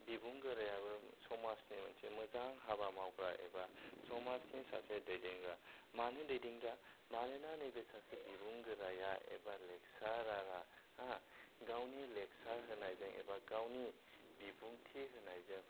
बिबुंगोराआबो समाजनि मोनसे मोजां हाबा मावग्रा एबा समाजनि सासे दैदेनग्रा मानो दैदेनग्रा मानोना नैबे सासे बिबुंगोराया एबा लेगसारारा हो गावनि लेगसार होनायजों एबा गावनि बिबुंथि होनायजों